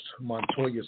Montoya